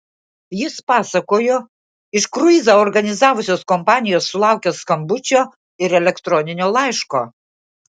jis pasakojo iš kruizą organizavusios kompanijos sulaukęs skambučio ir elektroninio laiško